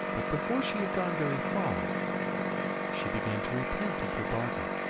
but before she had gone very far she began to repent of her bargain,